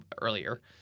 earlier